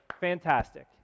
fantastic